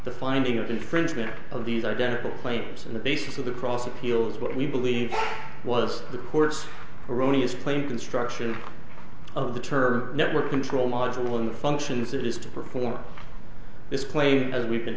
the finding of infringement of these identical claims on the basis of the cross appeal is what we believe was the court's erroneous claim construction of the term network control module in the functions it is to perform this plane as we've been